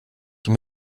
die